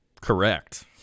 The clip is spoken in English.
Correct